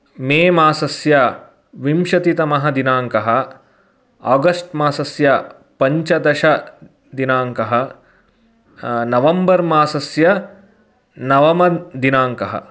मे मासस्य विंशतितमः दिनाङ्कः अगस्ट् मासस्य पञ्चदशः दिनाङ्कः नवेंबर् मासस्य नवमदिनाङ्कः